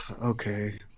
okay